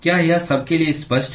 क्या यह सबके लिए स्पष्ट है